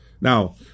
Now